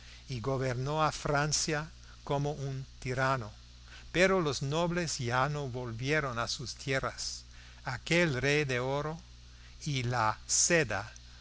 y gobernó a francia como un tirano pero los nobles ya no volvieron a sus tierras aquel rey del oro y la seda